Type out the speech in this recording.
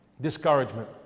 Discouragement